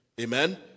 Amen